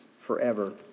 forever